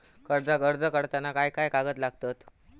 कर्जाक अर्ज करताना काय काय कागद लागतत?